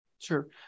Sure